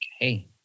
Okay